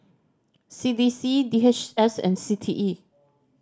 C D C D H S and C T E